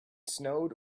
snowed